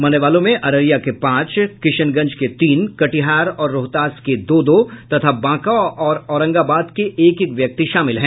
मरने वालों में अररिया के पांच किशनगंज के तीन कटिहार और रोहतास के दो दो तथा बांका और औरंगाबाद के एक एक व्यक्ति शामिल हैं